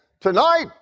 tonight